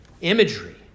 imagery